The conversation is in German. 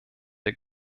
der